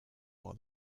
while